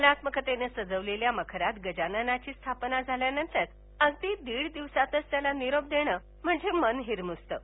कलात्मकतेने सजवलेल्या मखरात गजाननाची स्थापना झाल्यानतर अगदी दीड दिवसातच त्याला निरोप देणं म्हणजे मन हिरमुसतं